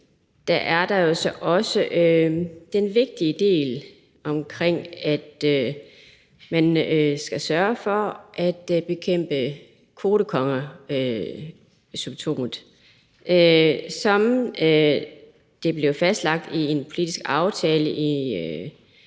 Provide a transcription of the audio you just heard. er den vigtige del omkring, at man skal sørge for at bekæmpe kvotekongesymptomet. Som det blev fastlagt i en politisk aftale